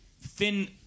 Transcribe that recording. thin